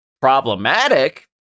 problematic